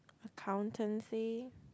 accountancy